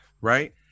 right